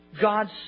God's